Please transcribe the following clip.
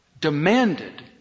demanded